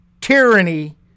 tyranny